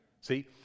See